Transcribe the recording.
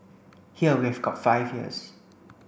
here we've got five years